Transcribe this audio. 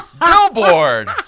Billboard